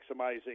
maximizing